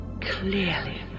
Clearly